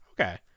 Okay